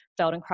Feldenkrais